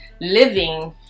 living